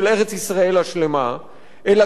אלא גם של הרפתקנות